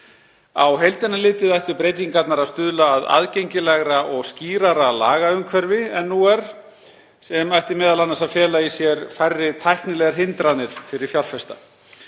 Á heildina litið ættu breytingarnar að stuðla að aðgengilegra og skýrara lagaumhverfi en nú er, sem ætti m.a. að fela í sér færri tæknilegar hindranir fyrir fjárfesta.